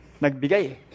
nagbigay